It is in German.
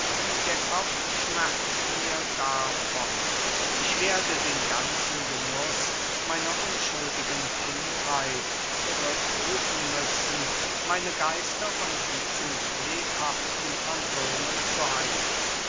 der kopf schmerzt mir davon ich werde den ganzen genuß meiner unschuldigen kindheit zurückrufen müssen meine geister von diesem lebhaften phantome zu heilen